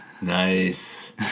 Nice